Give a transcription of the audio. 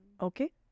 Okay